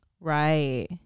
Right